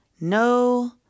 no